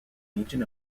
legion